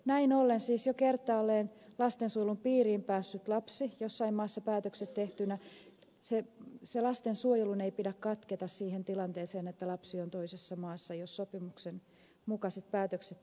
näin ollen siis jo kertaalleen päästä sulun piiriin taas lapsi jossain maassa tehtyjen päätösten tuloksena lastensuojelun piiriin päässeen lapsen suojelun ei pidä katketa siihen tilanteeseen että lapsi on toisessa maassa jos sopimuksen mukaiset päätökset on tehty